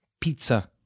Pizza